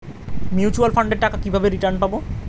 Mutual ফান্ডের টাকা কিভাবে রিটার্ন পাব?